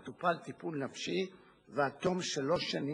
בבקשה, אדוני השר.